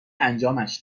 انجامش